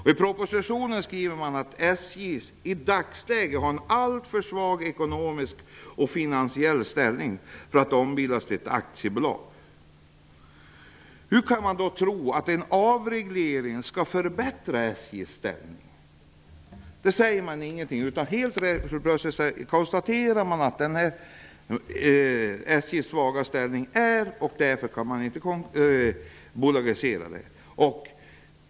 I propositionen skrivs det att SJ i dagsläget har en alltför svag ekonomisk och finansiell ställning för att ombildas till ett aktiebolag. Hur kan man då tro att en avreglering skall förbättra SJ:s ställning? Det säger man ingenting om. Helt plötsligt konstaterar man att SJ:s ställning är svag och därför kan man inte bolagisera.